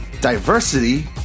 Diversity